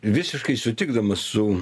visiškai sutikdamas su